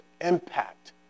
impact